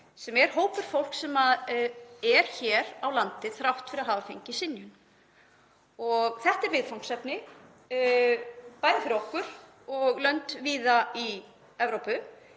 sem er hópur fólks sem er hér á landi þrátt fyrir að hafa fengið synjun. Þetta er viðfangsefni bæði fyrir okkur og lönd víða í Evrópu.